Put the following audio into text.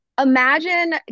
Imagine